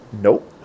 Nope